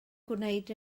gwneud